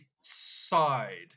side